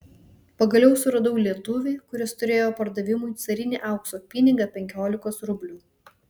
pagaliau suradau lietuvį kuris turėjo pardavimui carinį aukso pinigą penkiolikos rublių